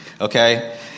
okay